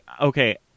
Okay